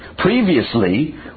Previously